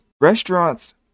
Restaurants